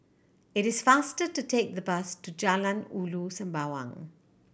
it is faster to take the bus to Jalan Ulu Sembawang